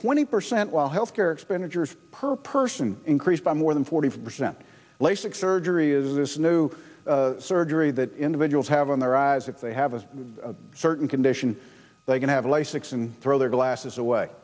twenty percent while health care expenditures per person increased by more than forty five percent lasik surgery is this new surgery that individuals have on their eyes if they have a certain condition they can have lasix and throw their glasses away